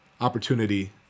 opportunity